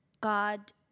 God